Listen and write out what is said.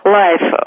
life